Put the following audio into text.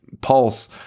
Pulse